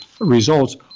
results